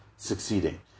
succeeding